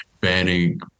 banning